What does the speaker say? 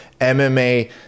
MMA